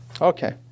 Okay